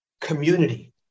community